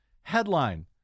Headline